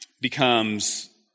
becomes